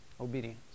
obedience